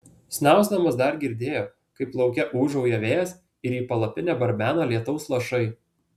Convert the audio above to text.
snausdamas dar girdėjo kaip lauke ūžauja vėjas ir į palapinę barbena lietaus lašai